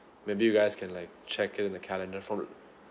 maybe you guys can like check it in the calendar from